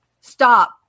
stop